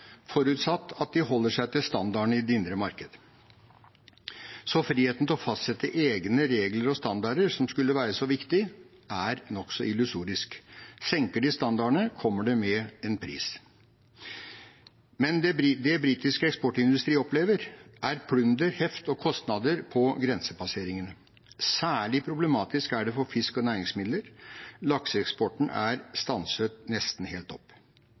at de holder seg til standarden i det indre markedet, så friheten til å fastsette egne regler og standarder, som skulle være så viktig, er nokså illusorisk. Senker de standardene, kommer det med en pris. Men det britisk eksportindustri opplever, er plunder, heft og kostnader på grensepasseringene. Særlig problematisk er det for fisk og næringsmidler, og lakseeksporten er stanset nesten helt opp.